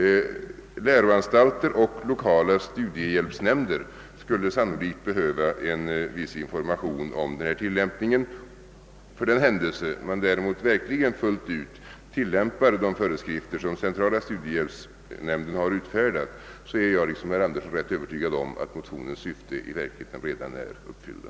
Läroanstalter och lokala studiehjälpsnämnder skulle sannolikt behöva viss information om tillämpningen. För den händelse man däremot verkligen fullt ut tillämpar de föreskrifter som centrala studiehjälpsnämnden har utfärdat, är jag liksom herr Anderson i Sundsvall övertygad om att motionens syften redan är uppfyllda.